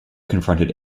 confronted